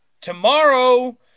tomorrow